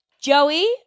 Joey